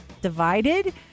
divided